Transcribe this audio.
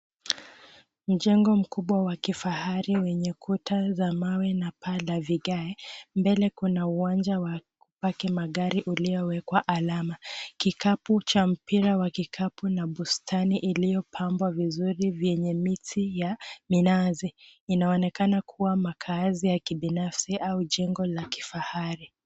Mjengo mkubwa wa kifahari wenye kuta za mawe na paa la vigae. Mbele kuna uwanja wa kupaki magari uliowekwa alama. Kikapu cha mpira wa kikapu na bustani iliyopambwa vizuri vyenye miti ya minazi. Inaonekana kuwa makazi ya kibinafsi au jengo la kifahari.